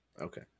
Okay